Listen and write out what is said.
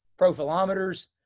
profilometers